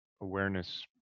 awareness